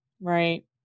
right